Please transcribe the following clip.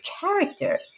character